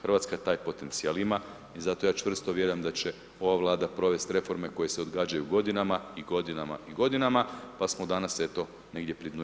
Hrvatska taj potencijal ima i zato ja čvrsto vjerujem da će ova Vlada provesti reforme koje se odgađaju godinama i godinama i godinama, pa smo danas eto, negdje pri dnu EU.